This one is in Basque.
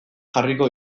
jarriko